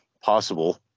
possible